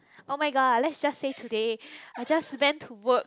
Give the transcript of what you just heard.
oh-my-god let's just say today I just went to work